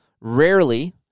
rarely